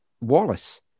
Wallace